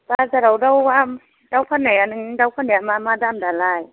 बाजाराव दाउ दाउ फाननाया नोंनि दाउ फाननाया मा मा दाम दालाय